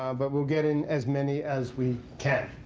um but we'll get in as many as we can.